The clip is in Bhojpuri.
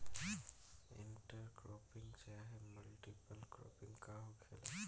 इंटर क्रोपिंग चाहे मल्टीपल क्रोपिंग का होखेला?